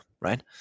right